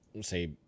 say